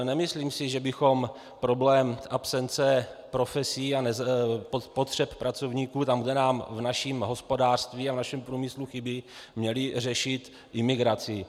Nemyslím si, že bychom problém absence profesí a potřeb pracovníků tam, kde nám v našem hospodářství a v našem průmyslu chybí, měli řešit imigrací.